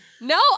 no